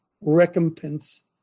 recompense